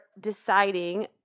deciding